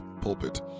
Pulpit